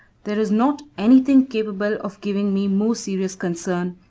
there is not any thing capable of giving me more serious concern,